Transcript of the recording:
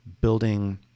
building